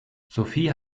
sophie